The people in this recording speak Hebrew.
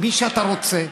מי שאתה רוצה.